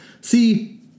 See